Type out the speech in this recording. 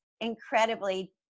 incredibly